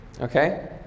Okay